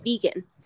vegan